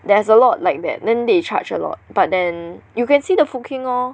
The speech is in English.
there's a lot like that then they charge a lot but then you can see the food king lor